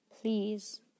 please